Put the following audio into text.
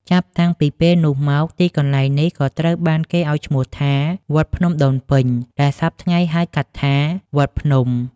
ចាប់តាំងពីពេលនោះមក ទីកន្លែងនេះក៏ត្រូវបានគេឲ្យឈ្មោះថា "វត្តភ្នំដូនពេញ" ដែលសព្វថ្ងៃហៅកាត់ថា "វត្តភ្នំ"។